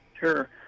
Sure